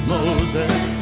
Moses